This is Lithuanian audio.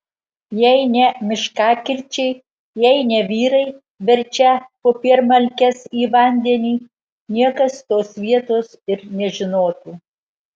jei ne miškakirčiai jei ne vyrai verčią popiermalkes į vandenį niekas tos vietos ir nežinotų